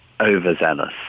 overzealous